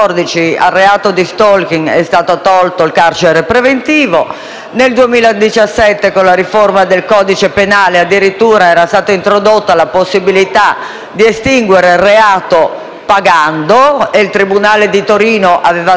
nel 2017, con la riforma del codice penale, addirittura era stata introdotta la possibilità di estinguere il reato pagando. Il tribunale di Torino aveva dato un indennizzo